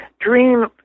dream